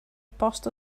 bost